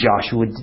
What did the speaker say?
Joshua